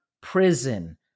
prison